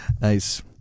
Nice